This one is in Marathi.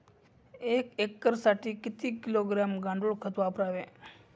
एक एकरसाठी किती किलोग्रॅम गांडूळ खत वापरावे?